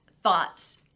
thoughts